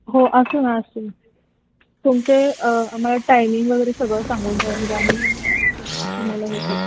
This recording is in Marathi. हो असू ना असू तुमचे आम्हाला टायमिंग वगैरे सगळं सांगून ठेवा म्हणजे आम्ही तुम्हाला हे करू